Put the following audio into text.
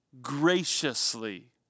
graciously